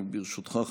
ברשותך,